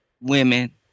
women